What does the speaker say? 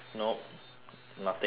nothing zilch